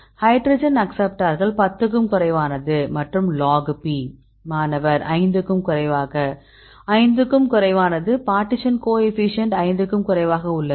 hydrogen அக்சப்ட்டார்கள் 10 க்கும் குறைவானது மற்றும் log p மாணவர் 5 க்கும் குறைவாக 5 க்கும் குறைவானது பார்ட்டிஷன் கோஎஃபீஷியேன்ட் 5 க்கும் குறைவாக உள்ளது